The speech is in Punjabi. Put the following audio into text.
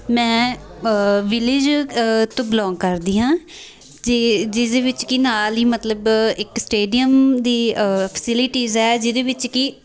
ਮੈਂ ਵਿਲੇਜ ਤੋਂ ਬਿਲੋਂਗ ਕਰਦੀ ਹਾਂ ਜਿ ਜਿਹਦੇ ਵਿੱਚ ਕਿ ਨਾਲ ਹੀ ਮਤਲਬ ਇੱਕ ਸਟੇਡੀਅਮ ਦੀ ਫੈਸਿਲਿਟੀਜ਼ ਆ ਜਿਹਦੇ ਵਿੱਚ ਕਿ